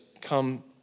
come